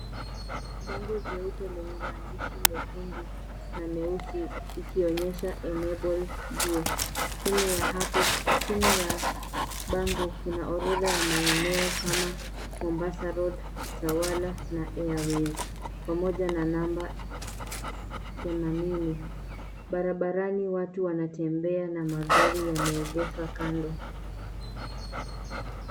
Bango jeupe lenye maandishi mekundu na meusi ikionyesha Enabled juu. Chini ya bango kuna ordha ya maeneo kama Mombasa Road, Utawala na Airways pamoja namba themanini. Barabarani watu wanatembea na magari yameegeshwa kando.